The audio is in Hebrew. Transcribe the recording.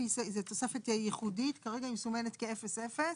זו תוספת ייחודית, כרגע היא מסומנת כ-0.00.